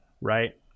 right